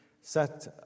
set